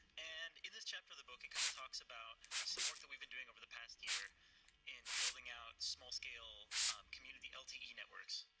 and in this chapter of the book and kind of talks about some work that we have been doing over the past year in building out small-scale community ltd networks.